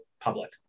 public